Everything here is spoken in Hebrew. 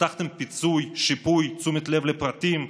הבטחתם פיצוי, שיפוי, תשומת לב לפרטים,